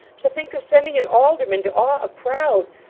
to think of sending an alderman to awe a crowd!